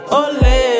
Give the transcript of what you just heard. ole